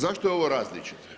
Zašto je ovo različito?